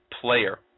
Player